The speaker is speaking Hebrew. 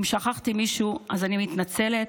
אם שכחתי מישהו אז אני מתנצלת.